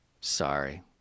Sorry